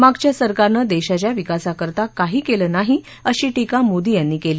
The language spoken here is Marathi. मागच्या सरकारनं देशाच्या विकासाकरता काही केलं नाही अशी टिका मोदी यांनी केली